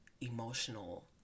emotional